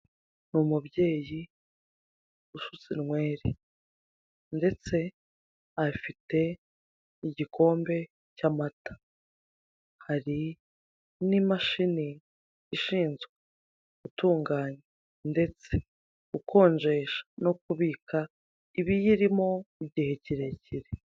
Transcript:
Umubyeyi usutse inwere ndetse afite igikombe cy'amata, hari n'imashini ishinzwe gutunganya ndetse gukonjesha no kubika ibiyirimo igihe kirekire.